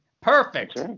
perfect